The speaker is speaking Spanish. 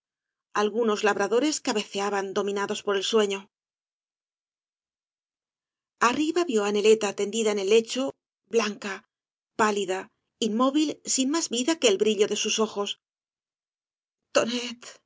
algunos labradores cabeceaban do minados por el sueño arriba vio á neleta tendida en el lecho blanca pálida inmóvil sin más vida que el brillo de sus ojos